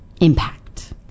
impact